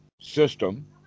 system